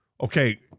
okay